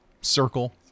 Circle